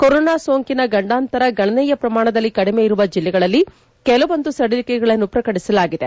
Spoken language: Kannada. ಕೊರೋನಾ ಸೋಂಕಿನ ಗಂಡಾಂತರ ಗಣನೀಯ ಪ್ರಮಾಣದಲ್ಲಿ ಕಡಿಮೆ ಇರುವ ಜಿಲ್ಲೆಗಳಲ್ಲಿ ಕೆಲವೊಂದು ಸದಿಲಿಕೆಗಳನ್ನು ಪ್ರಕಟಿಸಲಾಗಿದೆ